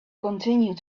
continued